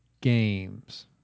games